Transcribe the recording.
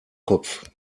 kopf